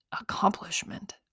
accomplishment